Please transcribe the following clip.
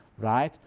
right?